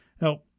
Now